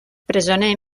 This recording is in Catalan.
presoner